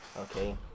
okay